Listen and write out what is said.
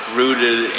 rooted